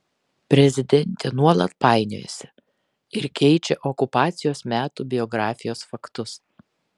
prezidentė nuolat painiojasi ir keičia okupacijos metų biografijos faktus